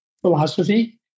philosophy